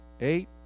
eight